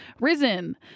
Risen